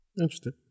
Interesting